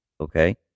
Okay